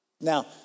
Now